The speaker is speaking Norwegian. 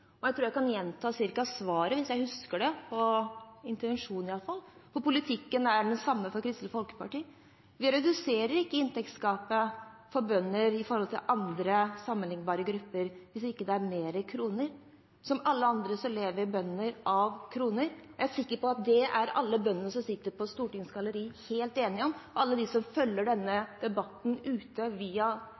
replikken. Jeg tror jeg sånn cirka kan gjenta svaret, intensjonen i det i hvert fall. Politikken er den samme for Kristelig Folkeparti. Vi reduserer ikke inntektsgapet for bønder i forhold til andre sammenlignbare grupper hvis det ikke er med kroner. Som alle andre lever bønder av kroner. Jeg er sikker på at det er alle bøndene som sitter på Stortingets galleri, helt enig i, og alle dem som følger denne debatten ute via